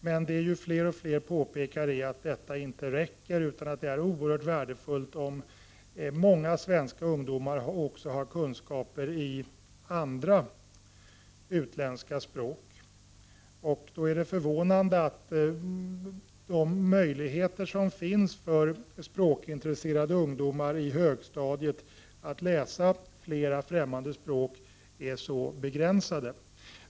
Men fler och fler påpekar att detta inte räcker. Det är oerhört värdefullt om många svenska ungdomar också har kunskaper i andra utländska språk. Då är det förvånande att möjligheterna för språkintresserade ungdomar i grundskolans högstadium att läsa flera fträmmande språk är så begränsade.